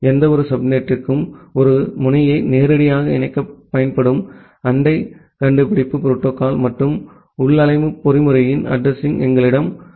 எந்தவொரு சப்நெட்டிற்கும் ஒரு முனையை நேரடியாக இணைக்கப் பயன்படும் அண்டை கண்டுபிடிப்பு புரோட்டோகால் மற்றும் உள்ளமைவு பொறிமுறையின் அட்ரஸிங் எங்களிடம் உள்ளது